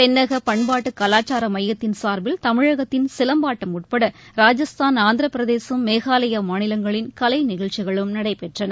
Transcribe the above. தென்னக பண்பாட்டு கலாச்சார மையத்தின் சார்பில் தமிழகத்தின் சிலம்பாட்டம் உட்பட ராஜஸ்தான் ஆந்திரப்பிரதேசம் மேகாலயா மாநிலங்களின் கலை நிகழ்ச்சிகளும் நடைபெற்றன